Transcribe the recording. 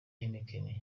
heineken